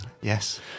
Yes